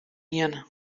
ien